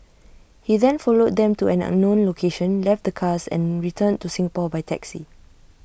he then followed them to an unknown location left the cars and returned to Singapore by taxi